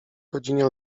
godzinie